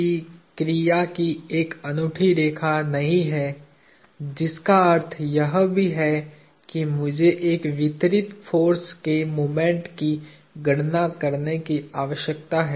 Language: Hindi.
की क्रिया की एक अनूठी रेखा नहीं है जिसका अर्थ यह भी है कि मुझे एक वितरित फोर्स के मोमेंट की गणना करने की आवश्यकता है